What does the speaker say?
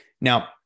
Now